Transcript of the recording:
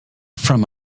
from